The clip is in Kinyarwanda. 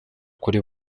kuri